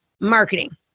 marketing